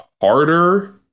harder